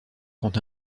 quand